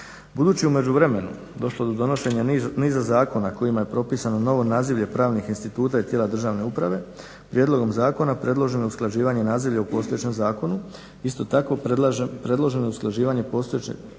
Budući u međuvremenu je došlo do donošenja niza zakona kojima je propisano novo nazivlje pravnih instituta i tijela državne uprave prijedlogom zakona predloženo je usklađivanje nazivlja u postojećem zakonu. Isto tako predloženo je usklađivanje postojećeg zakona